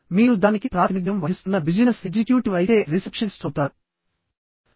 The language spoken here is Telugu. మీరు దానికి ప్రాతినిధ్యం వహిస్తున్న బిజినెస్ ఎగ్జిక్యూటివ్ అయితే రిసెప్షనిస్ట్ అవుతారు